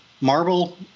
marble